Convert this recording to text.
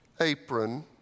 Apron